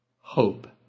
Hope